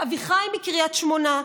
לאביחי מקריית שמונה,